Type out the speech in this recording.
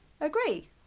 agree